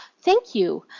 thank you!